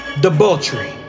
debauchery